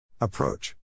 Approach